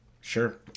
Sure